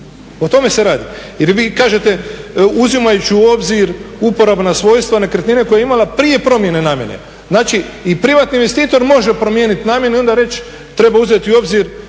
o tome se radi. Jer vi kažete uzimajući u obzir uporabna svojstva nekretnine koja je imala prije promjene namjene. Znači, i privatni investitor može promijeniti namjenu i onda reći treba uzeti u obzir